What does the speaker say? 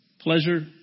pleasure